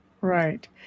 right